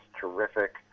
terrific